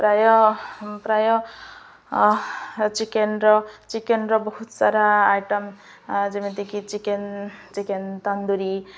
ପ୍ରାୟ ପ୍ରାୟ ଚିକେନର ଚିକେନର ବହୁତ ସାରା ଆଇଟମ୍ ଯେମିତିକି ଚିକେନ ଚିକେନ ତନ୍ଦୁୁରୀ